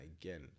again